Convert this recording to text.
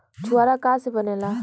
छुआरा का से बनेगा?